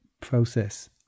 process